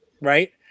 right